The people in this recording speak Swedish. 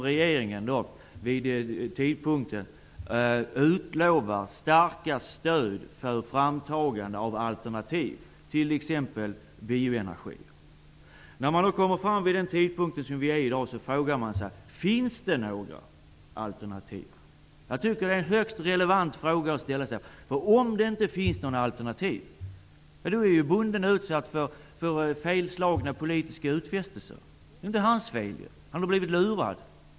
Regeringen har utlovat starkt stöd för framtagande av alternativ, t.ex. bioenergi. När man kommer fram till den tidpunkten frågar man sig: Finns det några alternativ? Jag tycker att det är en högst relevant fråga. Om det inte finns några alternativ är bonden utsatt för politiska utfästelser som slagit fel. Det är inte hans fel. Han har blivit lurad.